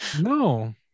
No